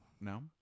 No